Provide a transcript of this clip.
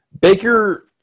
Baker